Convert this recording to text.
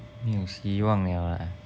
没有希望 liao ah